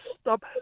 stop